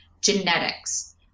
genetics